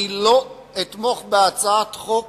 אני לא אתמוך בהצעת חוק